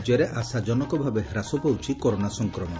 ରାଜ୍ୟରେ ଆଶାଜନକ ଭାବେ ହ୍ରାସ ପାଉଛି କରୋନା ସଂକ୍ରମଣ